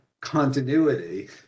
continuity